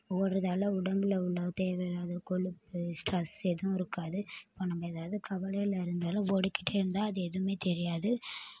ஓடுறதால உடம்பில் உள்ள தேவையில்லாத கொழுப்பு ஸ்ட்ரெஸ் எதுவும் இருக்காது இப்போ நம்ம எதாவது கவலையில் இருந்தாலும் ஓடிக்கிட்டே இருந்தால் அது எதுவுமே தெரியாது